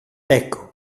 ecco